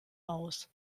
aus